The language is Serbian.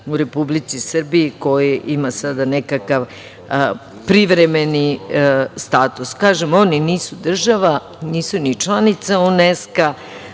u Republici Srbiji koje ima sada nekakav privremeni status. Kažem, oni nisu država, nisu ni članice UNESKA,